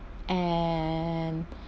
and